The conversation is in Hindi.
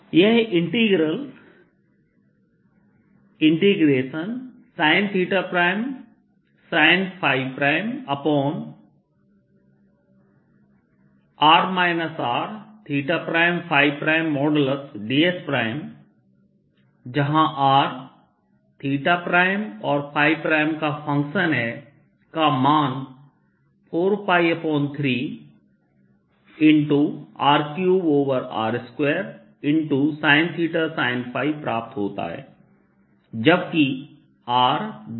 यह इंटीग्रल sinsinϕr Rds जहांR और ɸ का फंक्शन है का मान 4π3R3r2sinθ sinϕ प्राप्त होता है जबकि r≥R